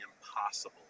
impossible